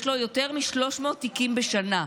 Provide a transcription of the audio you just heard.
יש לו יותר מ-300 תיקים בשנה.